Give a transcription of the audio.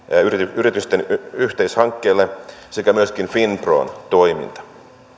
yritysten yhteishankkeille sekä myöskin finpron toiminta